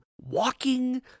walking